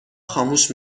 خاموش